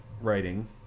writing